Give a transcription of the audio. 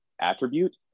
attribute